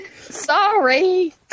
Sorry